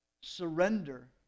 Surrender